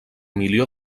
milió